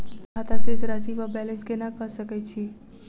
Bank खाता शेष राशि वा बैलेंस केना कऽ सकय छी?